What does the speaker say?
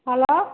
hello